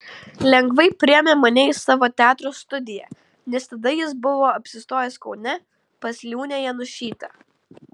lengvai priėmė mane į savo teatro studiją nes tada jis buvo apsistojęs kaune pas liūnę janušytę